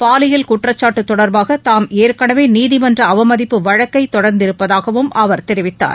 பாலியல் குற்றச்சாட்டு தொடர்பாக தாம் ஏற்கனவே நீதிமன்ற அவமதிப்பு வழக்கை தொடர்ந்திருப்பதாகவும் அவர் தெரிவித்தார்